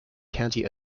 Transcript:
county